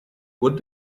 what